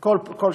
כל שנה.